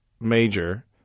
major